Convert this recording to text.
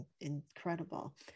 incredible